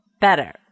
Better